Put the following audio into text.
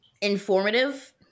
informative